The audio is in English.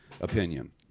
opinion